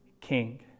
King